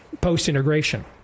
post-integration